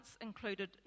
included